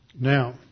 Now